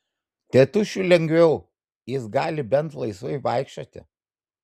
tėtušiui lengviau jis gali bent laisvai vaikščioti